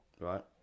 Right